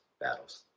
battles